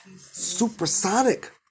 Supersonic